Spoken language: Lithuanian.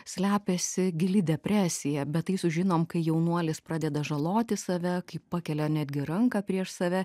slepiasi gili depresija bet tai sužinom kai jaunuolis pradeda žaloti save kai pakelia netgi ranką prieš save